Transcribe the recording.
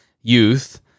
youth